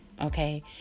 Okay